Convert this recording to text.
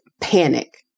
panic